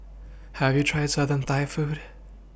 have you tried southern Thai food